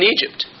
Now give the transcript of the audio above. Egypt